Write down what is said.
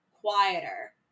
quieter